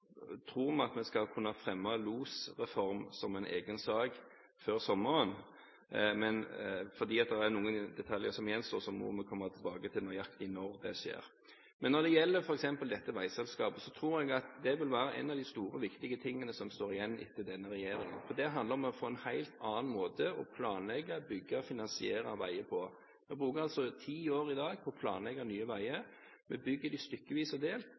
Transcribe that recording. at vi skal kunne fremme en losreform som en egen sak før sommeren, men fordi det er noen detaljer som gjenstår, må vi komme tilbake til nøyaktig når det skjer. Når det gjelder f.eks. dette veiselskapet, tror jeg at det vil være en av de store og viktige tingene som står igjen etter denne regjeringen, for det handler om å få en helt annen måte å planlegge, bygge og finansiere veier på. Vi bruker ti år i dag på å planlegge nye veier, vi bygger dem stykkevis og delt.